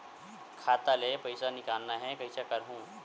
खाता ले पईसा निकालना हे, कइसे करहूं?